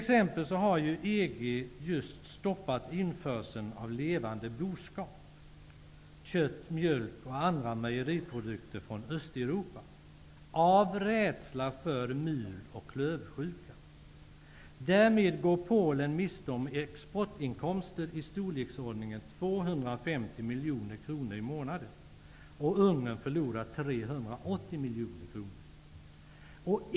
Exempelvis har EG just stoppat införseln av levande boskap, kött, mjölk och andra mejeriprodukter från Östeuropa av rädsla för mul och klövsjuka. Därmed går Polen miste om exportinkomster på i storleksordningen 250 miljoner kronor i månaden, och Ungern förlorar 380 miljoner kronor.